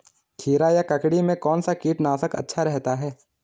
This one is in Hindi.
खीरा या ककड़ी में कौन सा कीटनाशक अच्छा रहता है?